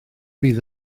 bydd